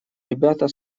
ребята